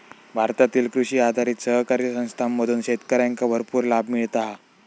भारतातील कृषी आधारित सहकारी संस्थांमधून शेतकऱ्यांका भरपूर लाभ मिळता हा